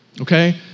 Okay